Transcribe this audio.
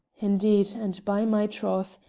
indeed, and by my troth!